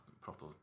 proper